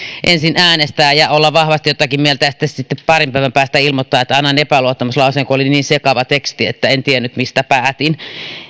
ensin äänestää ja olla vahvasti jotakin mieltä ja sitten parin päivän päästä ilmoittaa että annan epäluottamuslauseen kun oli niin sekava teksti että en tiennyt mistä päätin